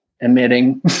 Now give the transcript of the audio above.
emitting